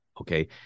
okay